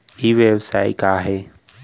ई व्यवसाय का हे?